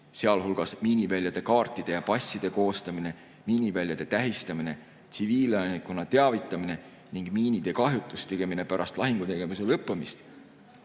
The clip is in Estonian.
muu hulgas miiniväljade kaartide ja passide koostamine, miiniväljade tähistamine, tsiviilelanikkonna teavitamine ning miinide kahjutuks tegemine pärast lahingutegevuse lõppemist.